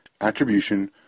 attribution